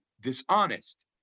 dishonest